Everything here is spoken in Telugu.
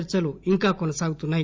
చర్చలు ఇంకా కొనసాగుతున్నాయి